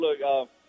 look –